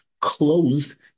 Closed